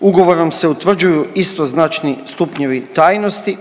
Ugovorom se utvrđuju istoznačni stupnjevi tajnosti.